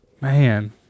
Man